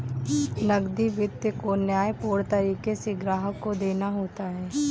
नकदी वित्त को न्यायपूर्ण तरीके से ग्राहक को देना होता है